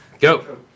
Go